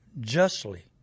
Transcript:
justly